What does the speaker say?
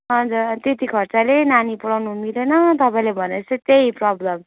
अन्त त्यति खर्चाले नानी पढाउनु नि मिल्दैन तपाईँले भने जस्तो त्यही प्रब्लम